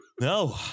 No